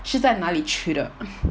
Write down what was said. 是在哪里吃的